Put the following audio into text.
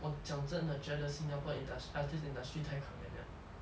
我讲真的觉得新加坡 industry artist industry 太可怜了